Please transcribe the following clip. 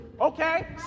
Okay